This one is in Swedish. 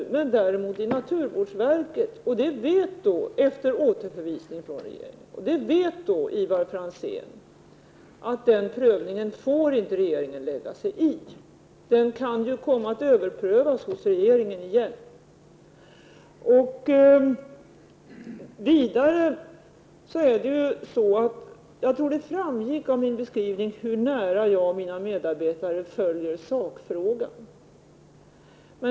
Däremot behandlas det i naturvårdsverket efter återförvisning från regeringen, och Ivar Franzén vet att regeringen inte får lägga sig i den prövningen. Ärendet kan sedan komma att överprövas av regeringen. Vidare framgick det nog av min beskrivning hur nära jag och mina medarbetare följer sakfrågan.